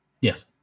Yes